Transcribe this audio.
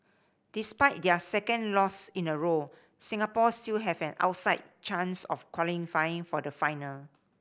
despite their second loss in a row Singapore still have an outside chance of qualifying for the final